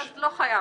אז לא חייב.